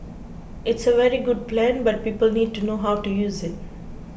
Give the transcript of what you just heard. it's a very good plan but people need to know how to use it